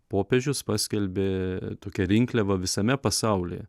popiežius paskelbė tokią rinkliavą visame pasaulyje